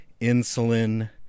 insulin